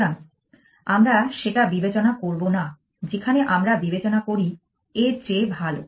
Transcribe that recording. সুতরাং আমরা সেটা বিবেচনা করব না যেখানে আমরা বিবেচনা করি এর চেয়ে ভাল